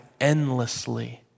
endlessly